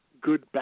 good